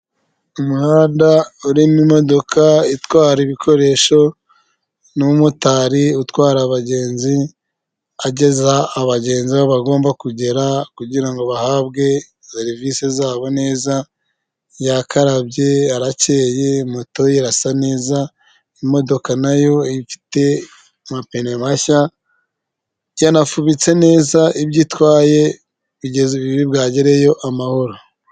Umuhanda urimo imodoka itwara ibikoresho n'umotari utwara abagenzi, ageza abagenzi aho bagomba kugera kugirango bahabwe serivisi zabo neza, yakarabye harakeye moto ye irasa neza, imodoka nayo ifite amapine mashya, yanafubitse neza ibyo itwaye iri bwagereyo amahoro.